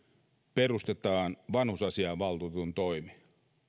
perustetaan vanhusasiavaltuutetun toimi nämä